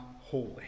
holy